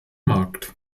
markt